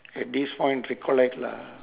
at this point recollect lah